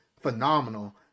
phenomenal